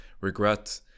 regret